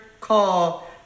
call